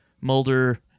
Mulder